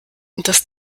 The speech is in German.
das